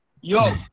Yo